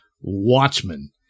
Watchmen